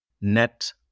net